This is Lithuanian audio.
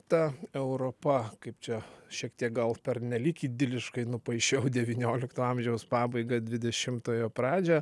ta europa kaip čia šiek tiek gal pernelyg idiliškai nupaišiau devyniolikto amžiaus pabaigą dvidešimtojo pradžią